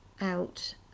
out